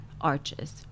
arches